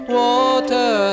water